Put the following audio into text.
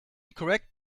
correct